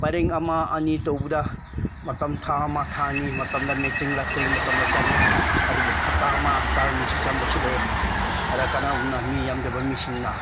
ꯄꯔꯤ ꯑꯃ ꯑꯅꯤ ꯇꯧꯕꯗ ꯃꯇꯝ ꯊꯥ ꯑꯃ ꯊꯥ ꯑꯅꯤ ꯃꯇꯝꯗ ꯃꯦꯆꯤꯟ ꯂꯥꯛꯇ꯭ꯔꯤꯉꯩ ꯃꯇꯝꯗ ꯆꯪꯉꯦ ꯑꯗꯨꯕꯨ ꯍꯞꯇꯥ ꯑꯃ ꯍꯞꯇꯥ ꯑꯅꯤꯁꯨ ꯆꯪꯕꯁꯨ ꯂꯩꯌꯦ ꯑꯗ ꯀꯅꯥꯒꯨꯝꯕꯅ ꯃꯤ ꯌꯥꯝꯗꯕ ꯃꯤꯁꯤꯡꯅ